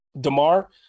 Demar